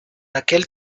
aquel